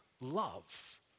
love